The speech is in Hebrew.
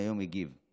אז היום אני אגיב.